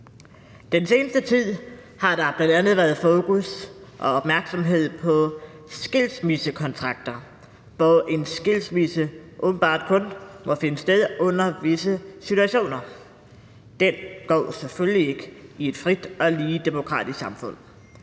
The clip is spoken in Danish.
Den seneste tid har der bl.a. været fokus og opmærksomhed på skilsmissekontrakter, hvor en skilsmisse åbenbart kun må finde sted under visse situationer. Den går selvfølgelig ikke i et frit og lige demokratisk samfund.